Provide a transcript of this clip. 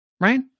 right